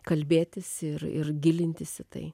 kalbėtis ir ir gilintis į tai